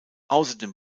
außerdem